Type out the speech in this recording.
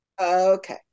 Okay